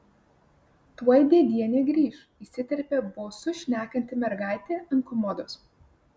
tuoj dėdienė grįš įsiterpė bosu šnekanti mergaitė ant komodos